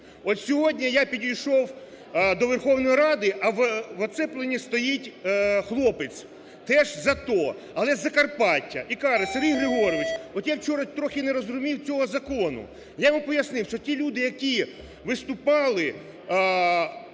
От сьогодні я підійшов до Верховної Ради, а в оцепленні стоїть хлопець, теж з АТО, але з Закарпаття і каже, Сергій Григорович, от я вчора трохи не зрозумів цього закону. Я йому пояснив, що ті люди, які виступали